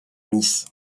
nice